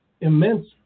immense